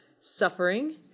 suffering